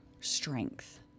strength